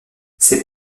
ses